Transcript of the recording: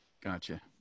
Gotcha